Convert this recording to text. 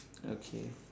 okay